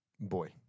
Boy